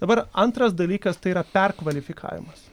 dabar antras dalykas tai yra perkvalifikavimas